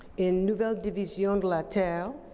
in nouvelle division de la terre,